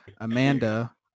Amanda